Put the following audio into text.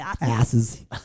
Asses